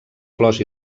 flors